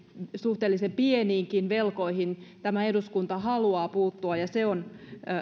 suhteellisen pieniinkin velkoihin tämä eduskunta haluaa puuttua